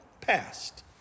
passed